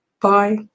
bye